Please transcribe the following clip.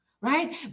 right